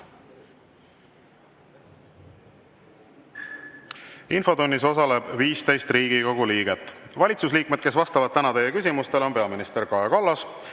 Infotunnis osaleb 15 Riigikogu liiget. Valitsuse liikmed, kes vastavad täna teie küsimustele, on peaminister Kaja Kallas,